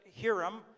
Hiram